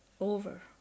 over